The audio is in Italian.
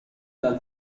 dal